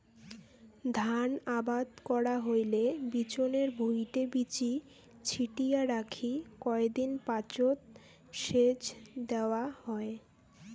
ধান আবাদ করা হইলে বিচনের ভুঁইটে বীচি ছিটিয়া রাখি কয় দিন পাচত সেচ দ্যাওয়া হয়